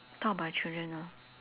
talk about your children lor